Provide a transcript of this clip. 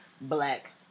black